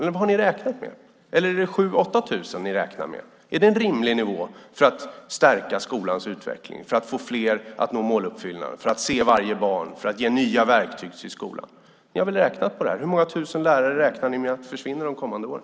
Hur många räknar ni med ska bort? 7 000? 8 000? Är det en rimlig nivå för att stärka skolans utveckling, för att fler ska nå måluppfyllelsen, för att se varje barn, för att ge nya verktyg till skolan? Ni har väl räknat på detta? Hur många tusen lärare räknar ni med ska försvinna under de kommande åren?